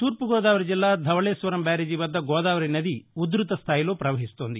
తూర్పు గోదావరి జిల్లా ధవశేశ్వరం బ్యారేజి వద్ద గోదావరి నది ఉధృత స్టాయిలో పవహిస్తోంది